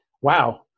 wow